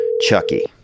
Chucky